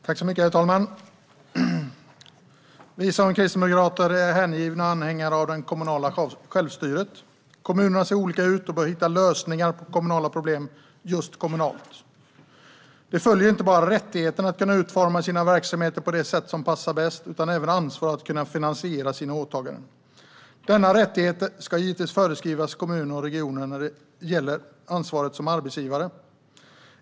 Herr talman! Vi kristdemokrater är hängivna anhängare av det kommunala självstyret. Kommunerna ser olika ut och bör hitta lösningar på kommunala problem, just kommunalt. Med detta följer inte bara rättigheten att kunna utforma sina verksamheter på det sätt som passar bäst utan även ansvaret för att kunna finansiera sina åtaganden. Denna rättighet ska givetvis föreskrivas för kommuner och regioner när det gäller ansvaret som arbetsgivare.